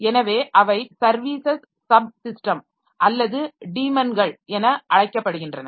எனவே அவை services subsystem அல்லது டீமன்கள் என அழைக்கப்படுகின்றன